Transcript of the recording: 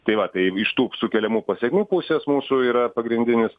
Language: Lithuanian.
tai va tai iš tų sukeliamų pasekmių pusės mūsų yra pagrindinis